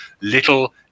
little